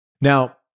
Now